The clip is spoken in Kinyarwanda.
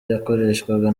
yakoreshwaga